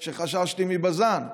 שחששתי מבז"ן,